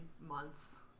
months